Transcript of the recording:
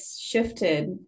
shifted